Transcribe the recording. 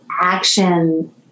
action